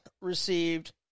received